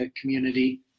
community